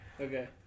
Okay